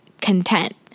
content